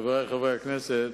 חברי חברי הכנסת,